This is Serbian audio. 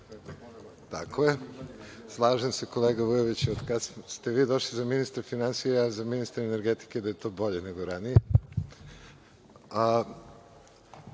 Tako je. Slažem se kolega Vujoviću. Od kada ste vi došli za ministra finansija za ministra energetike je to bolje nego ranije,